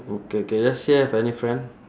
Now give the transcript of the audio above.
okay okay does she have any friend